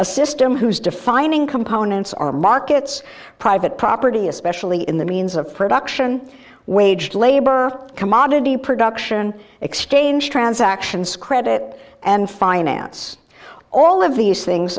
a system whose defining components are markets private property especially in the means of production waged labor commodity production exchange transactions credit and finance all of these things